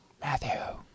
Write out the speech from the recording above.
Matthew